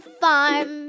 farm